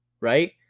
right